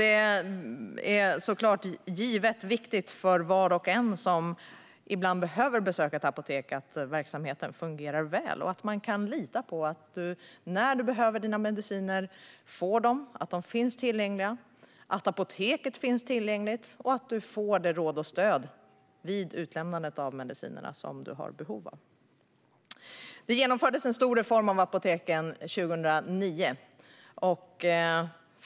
Det är givetvis viktigt för var och en som ibland behöver besöka ett apotek att verksamheten fungerar väl och att man kan lita på att medicinerna finns tillgängliga när man behöver dem, vidare att apoteket är tillgängligt och att man får det råd och stöd vid utlämnandet av medicinerna som man har behov av. Det genomfördes en stor reform av apoteken 2009.